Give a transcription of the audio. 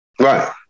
Right